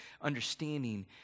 understanding